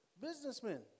businessmen